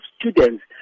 students